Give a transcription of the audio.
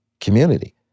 community